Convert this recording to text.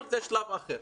כל זה שלב אחר.